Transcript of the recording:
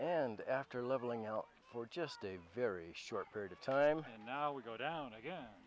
and after leveling out for just a very short period of time now we go down again